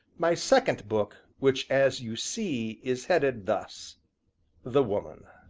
my second book which, as you see, is headed thus the woman